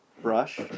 Brush